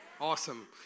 Awesome